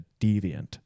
deviant